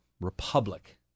Republic